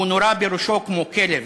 הוא נורה בראשו כמו כלב".